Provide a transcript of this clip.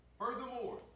Furthermore